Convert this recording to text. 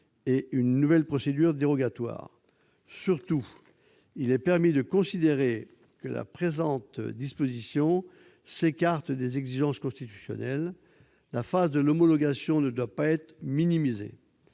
et une nouvelle procédure dérogatoire. Surtout, il est permis de considérer que la présente disposition s'écarte des exigences constitutionnelles. La phase de l'homologation ne doit pas être minimisée.